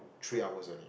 three hours only